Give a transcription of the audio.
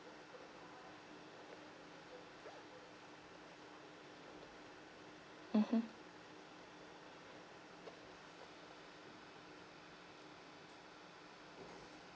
mmhmm